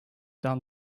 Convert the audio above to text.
down